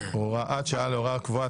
הוראת שעה להוראה קבועה),